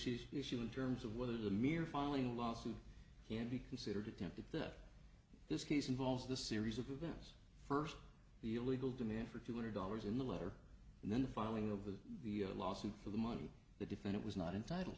she's issue in terms of whether the mere finally lawsuit can be considered attempted theft in this case involves the series of events first the illegal demand for two hundred dollars in the letter and then the filing of the the lawsuit for the money the defendant was not entitled